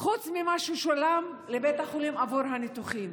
חוץ ממה ששולם לבית החולים עבור הניתוחים.